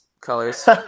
colors